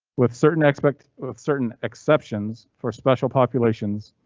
with certain aspects, with certain exceptions for special populations,